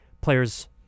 players